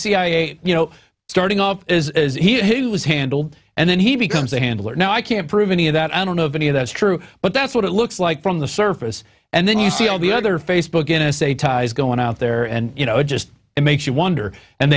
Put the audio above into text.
cia you know starting off is he who was handled and then he becomes a handler now i can't prove any of that i don't know if any of that's true but that's what it looks like from the surface and then you see all the other facebook n s a ties going out there and you know it just makes you wonder and